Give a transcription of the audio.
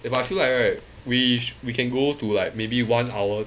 eh but I feel like right we we can go to like maybe one hour